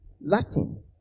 Latin